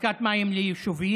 אספקת מים ליישובים.